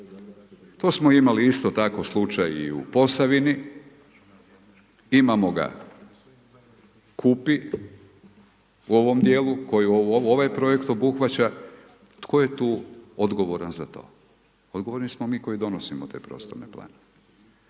Tu smo imali isto tako slučaj i u Posavini, imamo ga Kupi, u ovom dijelu, koji ovaj projekt obuhvaća, tko je tu odgovoran za to? Odgovorni smo mi koji donosimo te prostorne planove.